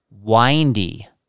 windy